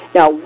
Now